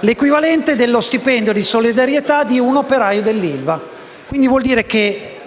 l'equivalente dello stipendio di solidarietà di un operaio dell'ILVA.